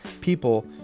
people